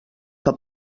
que